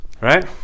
Right